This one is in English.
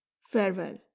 Farewell